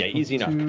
ah easy enough.